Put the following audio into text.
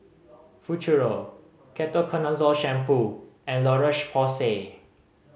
Futuro Ketoconazole Shampoo and La Roche Porsay